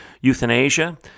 euthanasia